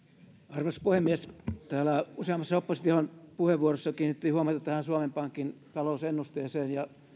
arvoisa puhemies täällä useammassa opposition puheenvuorossa kiinnitettiin huomiota tähän suomen pankin talousennusteeseen ja